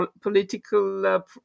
political